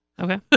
Okay